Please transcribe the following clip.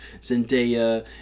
Zendaya